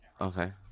Okay